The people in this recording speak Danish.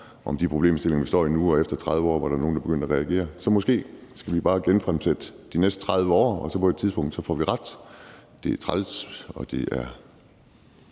om de problemstillinger, vi står med nu, og efter 30 år var der nogle, der begyndte at reagere. Så måske skal vi bare genfremsætte det de næste 30 år, og så på et tidspunkt får vi ret. Det er træls, og det er